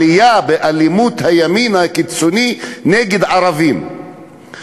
עלייה באלימות הימין הקיצוני נגד ערבים.